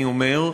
אני אומר.